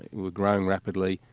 we're growing rapidly,